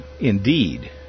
indeed